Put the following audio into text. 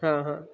હા હા